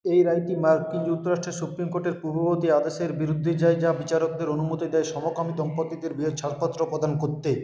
এই রায়টি মার্কিন যুক্তরাষ্ট্রের সুপ্রিম কোর্টের পূর্ববর্তী আদেশের বিরুদ্ধে যায় যা বিচারকদের অনুমতি দেয় সমকামি দম্পতিদের বিয়ের ছাড়পত্র প্রদান করতে